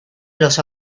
los